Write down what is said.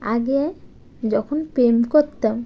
আগে যখন প্রেম করতাম